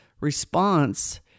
Response